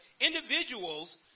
individuals